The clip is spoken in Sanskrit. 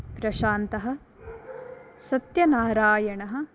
प्रशान्तः सत्यनारायणः